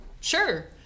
sure